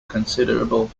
considerable